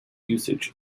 usage